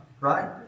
right